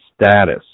status